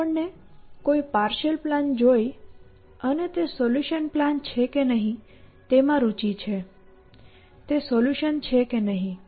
આપણને કોઈ partial plan જોઈ અને તે કોઈ સોલ્યુશન પ્લાન છે કે નહીં તેમાં રુચિ છે તે સોલ્યુશન છે કે નહીં